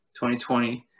2020